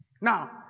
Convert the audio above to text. Now